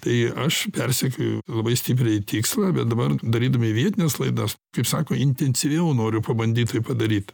tai aš persekioju labai stipriai tikslą bet dabar darydami vietines laidas kaip sako intensyviau noriu pabandyt tai padaryt